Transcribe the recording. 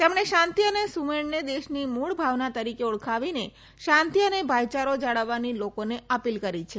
તેમણે શાંતિ અને સુમેળને દેશની મૂળ ભાવના તરીકે ઓળખાવીને શાંતિ અને ભાઇચારો જાળવવાની લોકોને અપીલ કરી છે